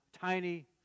tiny